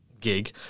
gig